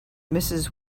mrs